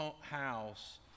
house